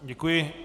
Děkuji.